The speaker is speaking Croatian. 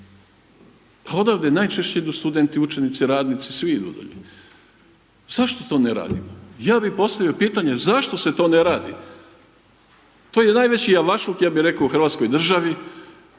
Pa odavde najčešće idu studenti, učenici, radnici, svi idu dolje, zašto to ne rade, ja bi postavio pitanje zašto se to ne radi, to je najveći javašluk ja bi reko u Hrvatskoj državi,